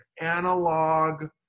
analog